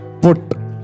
Put